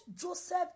Joseph